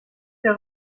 hier